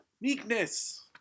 Meekness